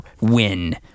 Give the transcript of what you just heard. win